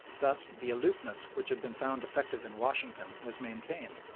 thus the aloofness which had been found effective in washington was maintained,